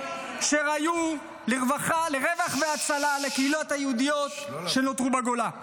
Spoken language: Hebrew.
והיו לרווח והצלה לקהילה היהודית שנותרו בגולה.